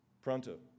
Pronto